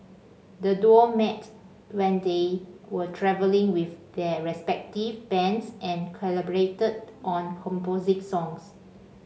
the duo met when they were travelling with their respective bands and collaborated on composing songs